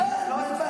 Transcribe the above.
לא,